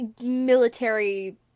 military